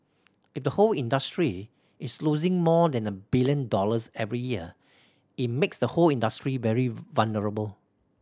if the whole industry is losing more than a billion dollars every year it makes the whole industry very vulnerable